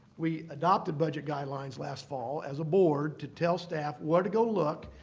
we adopted budget guidelines last fall as a board to tell staff where to go look,